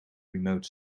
remote